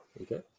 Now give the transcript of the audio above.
okay